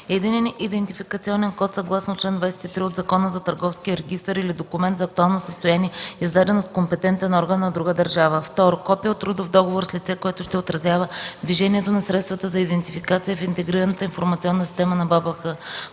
единен идентификационен код съгласно чл. 23 от Закона за търговския регистър или документ за актуално състояние, издаден от компетентен орган на друга държава; 2. копие от трудов договор с лице, което ще отразява движението на средствата за идентификация в Интегрираната информационна система на БАБХ